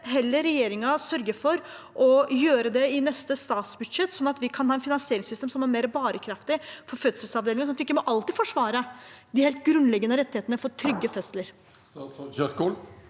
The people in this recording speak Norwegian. heller regjeringen sørge for å gjøre det i neste statsbudsjett, sånn at vi kan ha et finansieringssystem som er mer bærekraftig for fødeavdelingene, og at man ikke alltid må forsvare den helt grunnleggende rettigheten til trygge fødsler?